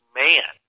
man